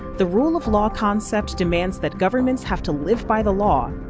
the rule of law concept demands that governments have to live by the law,